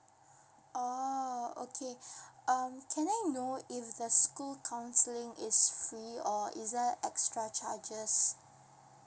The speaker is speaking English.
oh okay um can I know if the school counselling is free or is there extra charges